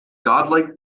godlike